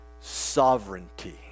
sovereignty